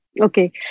Okay